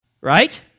Right